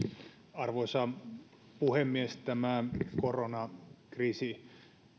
arvoisa puhemies tämä koronakriisi